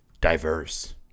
diverse